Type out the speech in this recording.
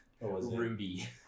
Ruby